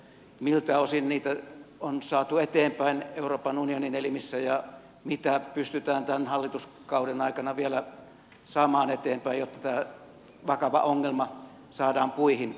miltä osin niitä on saatu eteenpäin euroopan unionin elimissä ja mitä pystytään tämän hallituskauden aikana vielä saamaan eteenpäin jotta tämä vakava ongelma saadaan puihin